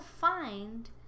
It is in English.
find